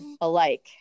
alike